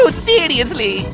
ah seriously!